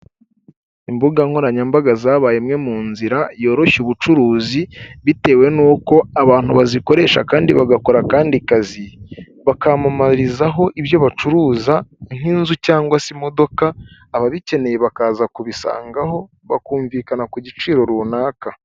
Imbugankoranyambaga zabaye imwe mu nzira yoroshya ubucuruzi, bitewe n'uko abantu bazikoresha kandi bagakora akandi kazi bakamamarizaho ibyo bacuruza nk'inzu cyangwa se imodoka, ababikeneye bakaza kubisangaho bakumvikana ku giciro runaka.